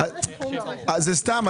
זה סתם.